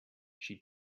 she